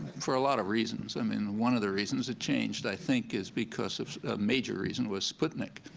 for a lot of reasons. i mean, one of the reasons it changed, i think, is because of a major reason, was sputnik.